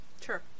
sure